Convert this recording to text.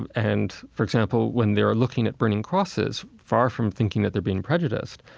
and and, for example, when they are looking at burning crosses, far from thinking that they're being prejudiced,